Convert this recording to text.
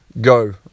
go